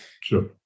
sure